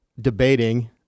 debating